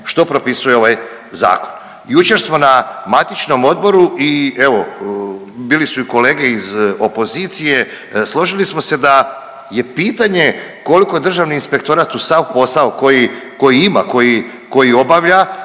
što propisuje ovaj zakon. Jučer smo na matičnom odboru i evo bili su i kolege iz opozicije složili smo se da je pitanje koliko državni inspektorat uz sav posao koji, koji ima